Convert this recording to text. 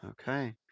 Okay